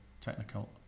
technical